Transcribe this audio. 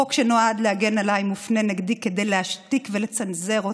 "חוק שנועד להגן עליי מופנה נגדי כדי להשתיק ולצנזר אותי,